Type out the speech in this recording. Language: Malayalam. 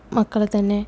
മക്കളേത്തന്നെ